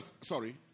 sorry